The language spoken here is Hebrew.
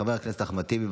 חבר הכנסת אחמד טיבי,